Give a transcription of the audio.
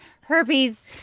herpes